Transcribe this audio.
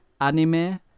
anime